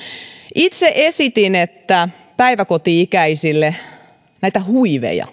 itse esitin että päiväkoti ikäisillä ei olisi näitä huiveja